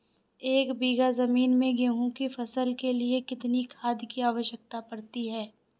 एक बीघा ज़मीन में गेहूँ की फसल के लिए कितनी खाद की आवश्यकता पड़ती है?